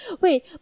Wait